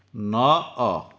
ନଅ ଅ